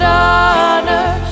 honor